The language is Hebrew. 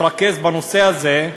תתרכז בנושא הזה,